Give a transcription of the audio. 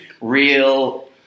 Real